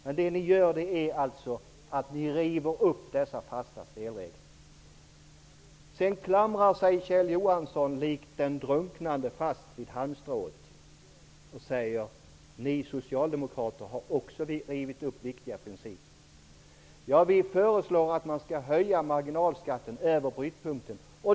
Men ni river upp dessa fasta spelregler. Sedan klamrar sig Kjell Johansson likt en drunknande fast vid halmstrået och säger: Ni socialdemokrater har också rivit upp viktiga principer. Vi socialdemokrater föreslår att man skall höja marginalskatten för inkomster över brytpunkten.